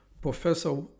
Professor